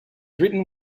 written